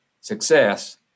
success